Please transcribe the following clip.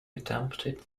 attempted